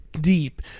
deep